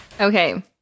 Okay